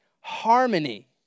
harmony